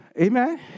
Amen